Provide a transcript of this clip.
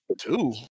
Two